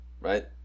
right